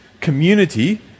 community